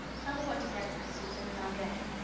tell me what to get for it, susan, and i'll get it.